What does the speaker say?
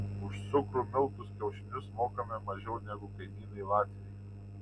už cukrų miltus kiaušinius mokame mažiau negu kaimynai latviai